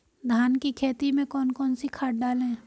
धान की खेती में कौन कौन सी खाद डालें?